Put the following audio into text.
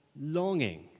longing